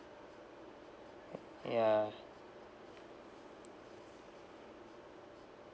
ya